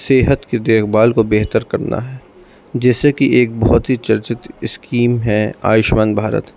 صحت کی دیکھ بھال کو بہتر کرنا ہے جیسے کہ ایک بہت ہی چرچت اسکیم ہیں آیوشمان بھارت